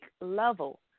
level